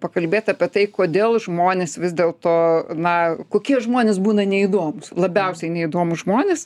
pakalbėt apie tai kodėl žmonės vis dėl to na kokie žmonės būna neįdomūs labiausiai neįdomūs žmonės